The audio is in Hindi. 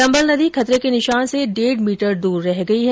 चम्बल नदी खतरे के निशान से डेढ मीटर दूर रह गई है